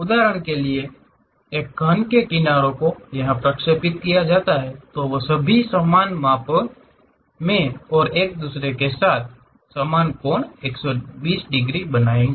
उदाहरण के लिए एक घन के किनारों को यह पर प्रक्षेपण करते है तो वे सभी समान माप मे और एक दूसरे के साथ समान कोण 120 डिग्री बनाएंगे